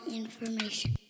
information